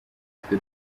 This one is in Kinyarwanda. twe